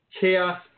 chaos